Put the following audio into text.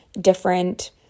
different